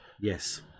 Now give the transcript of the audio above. Yes